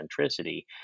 centricity